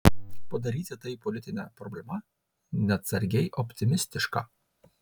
padaryti tai politine problema neatsargiai optimistiška